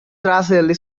russell